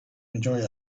enjoy